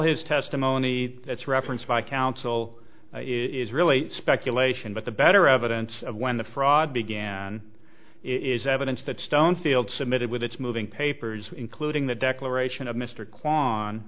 his testimony that's referenced by counsel is really speculation but the better evidence when the fraud began is evidence that stone field submitted with its moving papers including the declaration of mr kwan